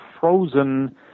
frozen